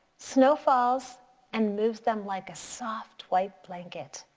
snow falls and moves them like a soft white blanket.